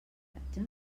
platja